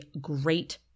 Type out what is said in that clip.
great